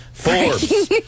Forbes